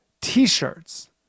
t-shirts